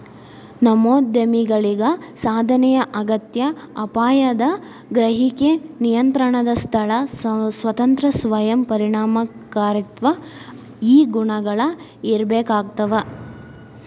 ನವೋದ್ಯಮಿಗಳಿಗ ಸಾಧನೆಯ ಅಗತ್ಯ ಅಪಾಯದ ಗ್ರಹಿಕೆ ನಿಯಂತ್ರಣದ ಸ್ಥಳ ಸ್ವಾತಂತ್ರ್ಯ ಸ್ವಯಂ ಪರಿಣಾಮಕಾರಿತ್ವ ಈ ಗುಣಗಳ ಇರ್ಬೇಕಾಗ್ತವಾ